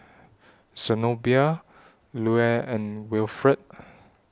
Zenobia Lue and Wilfred